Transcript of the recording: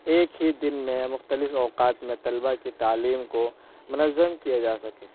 ایک ہی دن میں یا مختلف اوقات میں طلبا کی تعلیم کو منظم کیا جا سکے